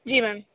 जी ma'am